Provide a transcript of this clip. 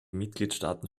mitgliedstaaten